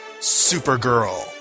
Supergirl